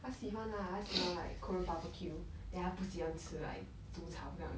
他喜欢 lah 他喜欢 like korean barbecue then 他不喜欢吃 like 煮炒这样